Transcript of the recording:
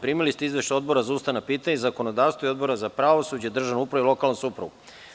Primili ste Izveštaj Odbora za ustavna pitanja i zakonodavstvo i Odbora za pravosuđe, državnu upravu i lokalnu samoupravu.